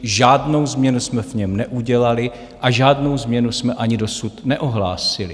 Žádnou změnu jsme v něm neudělali a žádnou změnu jsme ani dosud neohlásili.